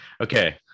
Okay